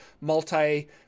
multi